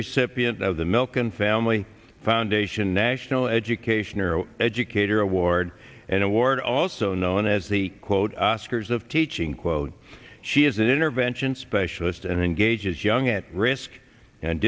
recipient of the milken family foundation national education or educator award and award also known as the quote oscars of teaching quote she is an intervention specialist and engages young at risk and